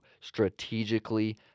strategically